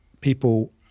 people